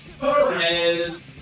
Perez